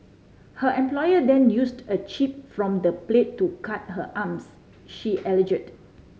her employer then used a chip from the plate to cut her arms she alleged